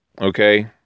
Okay